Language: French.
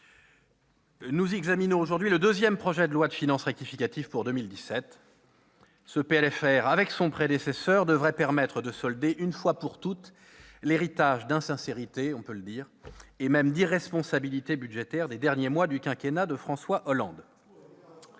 nous examinons aujourd'hui le deuxième projet de loi de finances rectificative pour 2017. Ce texte, avec celui qui l'a précédé, devrait permettre de solder une fois pour toutes l'héritage d'insincérité- on peut le dire -et même d'irresponsabilité budgétaire des derniers mois du quinquennat de François Hollande.